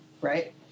right